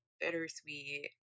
bittersweet